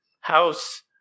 House